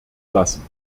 lassen